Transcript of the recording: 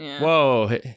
Whoa